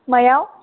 मायाव